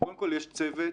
יש צוות